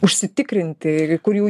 užsitikrinti ir kur jų